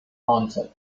answered